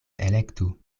elektu